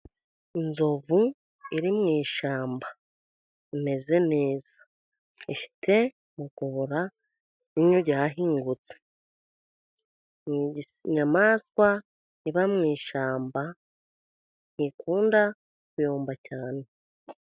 Inzovu iri mu ishyamba imeze neza, ifite umugobora n'iryinyo ryahingutse, inyamaswa iba mu ishyamba ntikunda kuyomba cyane.